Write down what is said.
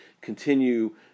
continue